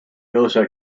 also